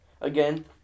again